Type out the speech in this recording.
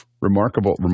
Remarkable